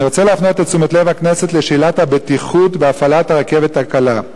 אני רוצה להפנות את תשומת לב הכנסת לשאלת הבטיחות בהפעלת הרכבת הקלה.